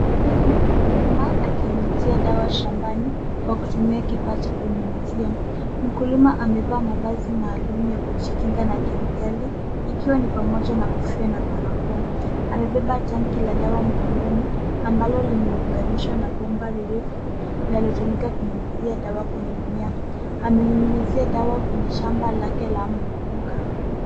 Huyu ni mkulima akinyunyuzia dawa shambani kwa kutumia kifaa cha kunyunyuzia. Mkulima amevaa mavazi maalum ya kujikinga na kemikali, ikiwa ni pamoja na kofia na barakoa. Amebeba tanki la dawa mgongoni, ambalo limeunganishwa na bomba refu linalotumika kunyunyuzia dawa kwenye mimea. Amenyunyuzia dawa kwenye shamba lake la mpunga.